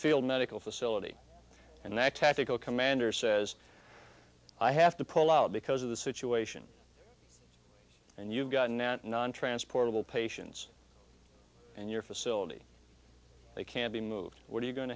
field medical facility and that tactical commander says i have to pull out because of the situation and you've got a net non transportable patients and your facility they can't be moved what are you going